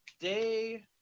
day